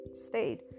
stayed